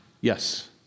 yes